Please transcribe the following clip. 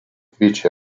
uffici